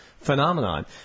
phenomenon